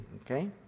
okay